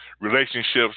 relationships